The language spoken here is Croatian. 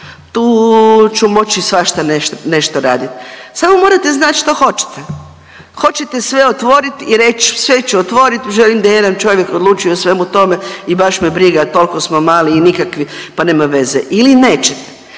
tu ću moći svašta nešto raditi. Samo morate znati što hoćete, hoćete sve otvoriti i reći sve ću otvoriti, želim da jedan čovjek odlučuje o svemu tome i baš me briga toliko smo mali i nikakvi pa nema veze, ili nećete.